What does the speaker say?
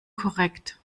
korrekt